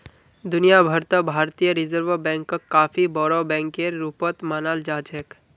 दुनिया भर त भारतीय रिजर्ब बैंकक काफी बोरो बैकेर रूपत मानाल जा छेक